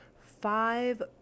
five